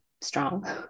strong